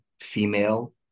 female